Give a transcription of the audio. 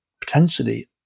potentially